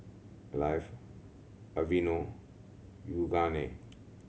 Alive Aveeno Yoogane